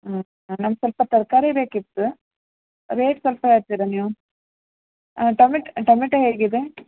ಹಾಂ ಹಾಂ ನನ್ಗೆ ಸ್ವಲ್ಪ ತರಕಾರಿ ಬೇಕಿತ್ತು ರೇಟ್ ಸ್ವಲ್ಪ ಹೇಳ್ತೀರಾ ನೀವು ಟಮೆ ಟಮೇಟೋ ಹೇಗಿದೆ